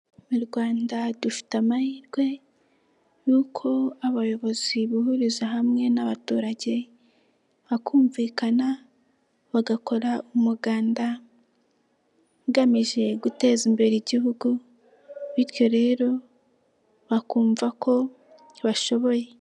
Mu Rwanda dufite amahirwe y'uko abayobozi bihuriza hamwe n'abaturage, bakumvikana, bagakora umuganda ugamije guteza imbere Igihugu bityo rero bakumva ko bashoboye.